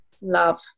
love